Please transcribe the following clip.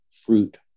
fruit